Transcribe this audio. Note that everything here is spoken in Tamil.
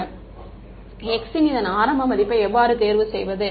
மாணவர் ஐயா x இதன் ஆரம்ப மதிப்பை எவ்வாறு தேர்வு செய்வது